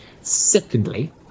Secondly